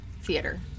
theater